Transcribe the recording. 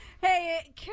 Hey